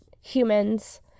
humans